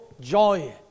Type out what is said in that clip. joy